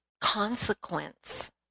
consequence